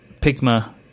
Pigma